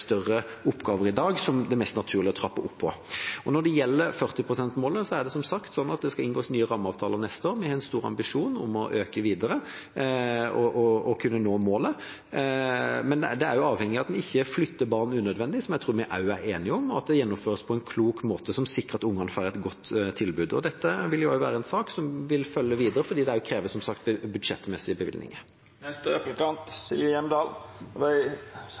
større oppgaver i dag, som det mest naturlige å trappe opp på. Når det gjelder 40-prosentmålet, er det som sagt sånn at det skal inngås nye rammeavtaler neste år. Vi har en stor ambisjon om å øke videre og kunne nå målet. Men det er avhengig av at vi ikke flytter barn unødvendig, som jeg tror vi også er enige om, og at det gjennomføres på en klok måte som sikrer at ungene får et godt tilbud. Dette vil være en sak som jeg vil følge videre, for den krever som sagt også budsjettmessige bevilgninger.